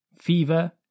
fever